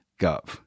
gov